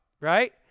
right